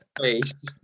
face